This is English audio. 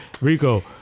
Rico